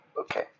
Okay